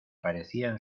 parecían